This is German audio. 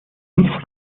nicht